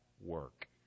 work